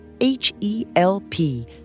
H-E-L-P